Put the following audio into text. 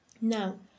Now